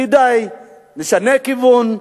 כדאי שנשנה כיוון,